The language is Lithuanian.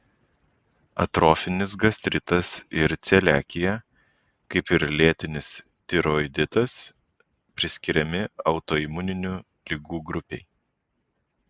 atrofinis gastritas ir celiakija kaip ir lėtinis tiroiditas priskiriami autoimuninių ligų grupei